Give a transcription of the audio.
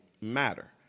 matter